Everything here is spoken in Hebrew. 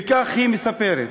וכך היא מספרת: